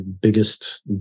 biggest